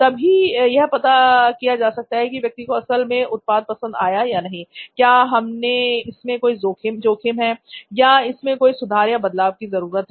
तब ही यह पता किया जा सकता है की व्यक्ति को असल में उत्पाद पसंद आया या नहीं क्या इसमें कोई जोखिम है या इसमें कोई सुधार या बदलाव की जरूरत है